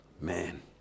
man